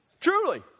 Truly